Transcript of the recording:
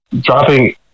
Dropping